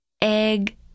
Egg